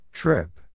Trip